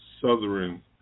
Southern